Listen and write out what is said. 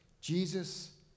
Jesus